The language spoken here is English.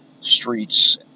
streets